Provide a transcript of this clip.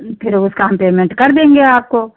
फिर उसका हम पेमेंट कर देंगे आपको